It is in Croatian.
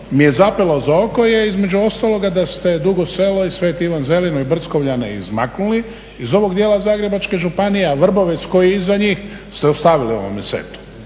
mi je zapelo za oko je između ostaloga da ste Dugo Selo i Sv. Ivan Zelinu i Brckovljane izmaknuli iz ovog dijela Zagrebačke županije, a Vrbovec koji je iza njih ste ostavili u ovome setu.